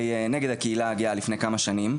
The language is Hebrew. נגד הקהילה הגאה לפני כמה שנים.